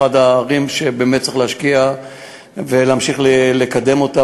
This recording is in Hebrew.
אחת הערים שבאמת צריך להשקיע ולהמשיך לקדם אותה.